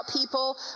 people